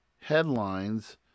headlines